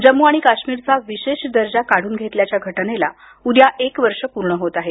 जम्मू आणि काश्मीरचा विशेष दर्जा काढून घेतल्याच्या घटनेला उद्या एक वर्ष पूर्ण होत आहे